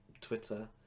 Twitter